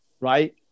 right